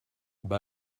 ben